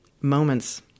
moments